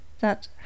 That